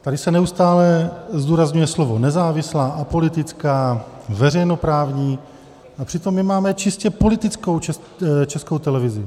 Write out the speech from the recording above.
Tady se neustále zdůrazňuje slovo nezávislá, apolitická, veřejnoprávní, a přitom my máme čistě politickou Českou televizi.